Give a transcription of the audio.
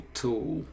tool